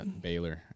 Baylor